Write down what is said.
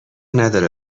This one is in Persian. نداره